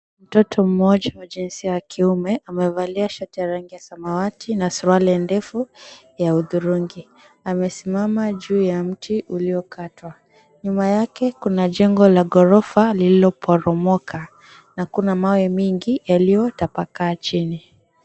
Mtoto mmoja wa jinsia ya kiume amevalia shati ya rangi ya samawati na suruali ndefu ya hudhurungi. Amesimama juu ya mti uliokatwa. Nyuma yake kuna jengo la ghorofa lililoporomoka na kuna mawe mingi yaliyotapakaa chini.